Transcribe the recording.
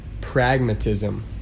pragmatism